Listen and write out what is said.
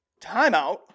Timeout